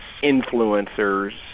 influencers